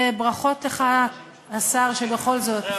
וברכות לך, השר, שבכל זאת,